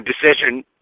decision